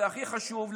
והכי חשוב,